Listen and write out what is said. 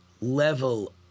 level